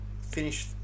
finish